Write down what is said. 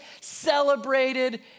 celebrated